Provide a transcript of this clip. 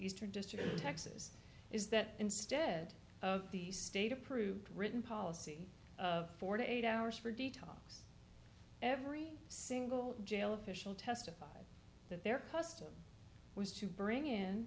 of texas is that instead of the state approved written policy of forty eight hours for detox every single jail official testified that their custom was to bring in